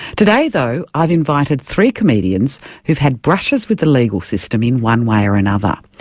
today, though, i've invited three comedians who've had brushes with the legal system in one way or another.